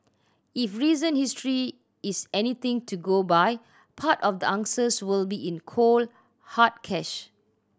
if recent history is anything to go by part of the answers will be in cold hard cash